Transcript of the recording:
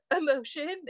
emotion